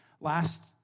Last